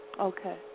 Okay